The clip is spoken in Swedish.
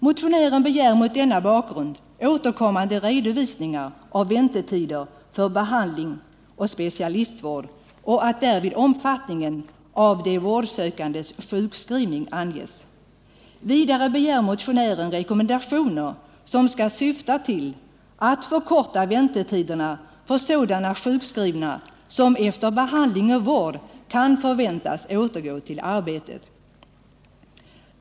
Motionären begär mot denna bakgrund återkommande redovisningar av väntetider för behandling och specialistvård och att därvid omfattningen av de vårdsökandes sjukskrivning anges. Vidare begär motionären rekommendationer som skall syfta till att förkorta väntetiderna för sådana sjukskrivna som efter behandling och vård kan förväntas återgå till arbete.